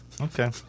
Okay